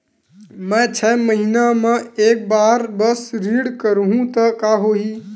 मैं छै महीना म एक बार बस ऋण करहु त का होही?